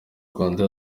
rwanda